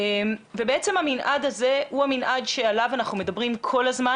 ובעצם המנעד הזה הוא המנעד שעליו אנחנו מדברים כל הזמן